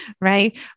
right